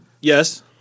Yes